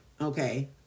okay